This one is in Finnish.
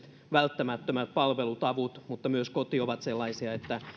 välttämättömät palvelut avut ja myös koti ovat sellaisia että